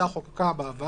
שהוועדה כבר חוקקה בעבר.